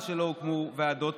הרי מה זה עוד שבוע בלי דמי בידוד?